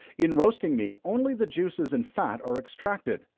in roasting meat, only the juices and fat are extracted,